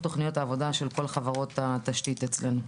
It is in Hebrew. תוכניות העבודה של כל חברות התשתית אצלנו.